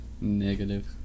Negative